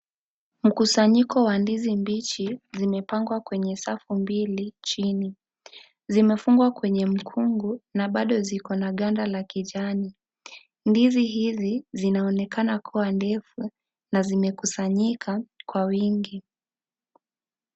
Mkusanyiko wa ndizi mbichi zimepangwa kwenye safu mbili chini, zimefungwa kwenye mkungu na bado zoko na ganda la kijani ndizi hizi zinaonekana kuwa ndefu na zimekusanyika kwa uwingi.